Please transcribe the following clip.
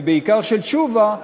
ובעיקר של תשובה,